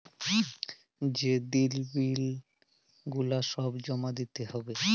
যে দিন বিল গুলা সব জমা দিতে হ্যবে